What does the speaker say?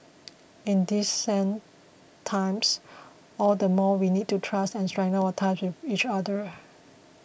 in these sad times all the more we need to trust and strengthen our ties with each other